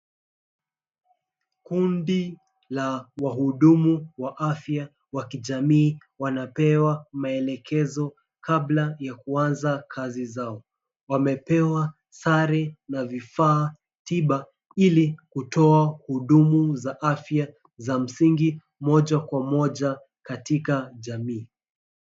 Kundi la wahudumu wa afya wa kijamii wanapewa maelekezo kabla ya kuanza kazi zao. Wamepewa sare na vifaa tiba ilikutoa hudumu za afya za msingi moja kwa moja katika jamii.